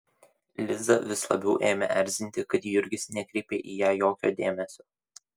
lizą vis labiau ėmė erzinti kad jurgis nekreipia į ją jokio dėmesio